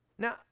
Now